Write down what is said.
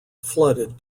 flooded